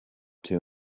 too